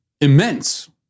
immense